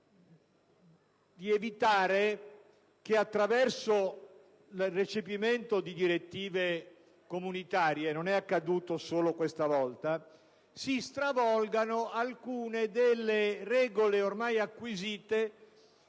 di evitare che, attraverso il recepimento di direttive comunitarie - non è accaduto solo questa volta - si stravolgano alcune regole ormai acquisite